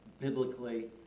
biblically